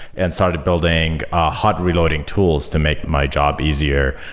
and started building hot reloading tools to make my job easier.